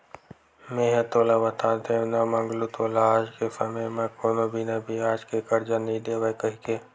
मेंहा तो तोला बता देव ना मंगलू तोला आज के समे म कोनो बिना बियाज के करजा नइ देवय कहिके